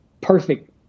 perfect